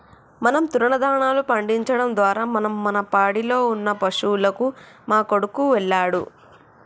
మనం తృణదాన్యాలు పండించడం ద్వారా మనం మన పాడిలో ఉన్న పశువులకు మా కొడుకు వెళ్ళాడు